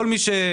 כל מי שמרמה,